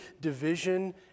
division